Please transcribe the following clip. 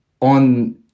on